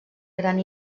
gran